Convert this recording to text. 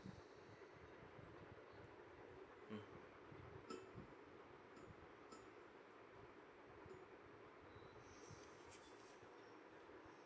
mm